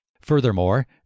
Furthermore